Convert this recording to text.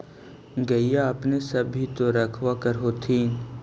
गईया अपने सब भी तो रखबा कर होत्थिन?